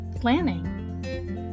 planning